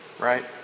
Right